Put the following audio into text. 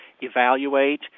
evaluate